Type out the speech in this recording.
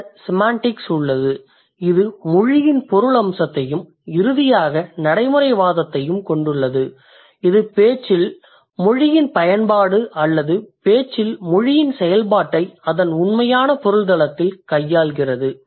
பின்னர் செமாண்டிக்ஸ் உள்ளது இது மொழியின் பொருள் அம்சத்தையும் இறுதியாக நடைமுறைவாதத்தையும் கொண்டுள்ளது இது பேச்சில் மொழியின் பயன்பாடு அல்லது பேச்சில் மொழியின் செயல்பாட்டை அதன் உண்மையான பொருள்தளத்தில் கையாள்கிறது